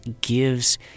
gives